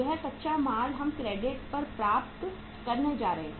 यह कच्चा माल हम क्रेडिट पर प्राप्त करने जा रहे हैं